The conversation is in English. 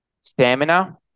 stamina